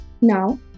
Now